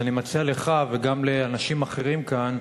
אז אני מציע לך וגם לאנשים אחרים כאן